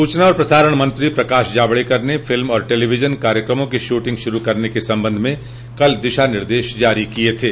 सूचना और प्रसारण मंत्री प्रकाश जावड़ेकर ने फिल्म और टेलिविजन कार्यक्रमों की शूटिंग शुरु करने के संबंध में कल दिशानिर्देश जारी किए थे